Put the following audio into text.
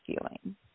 feeling